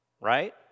right